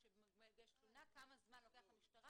כאשר מוגשת תלונה כמה זמן לוקח למשטרה